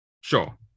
sure